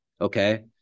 okay